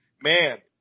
Man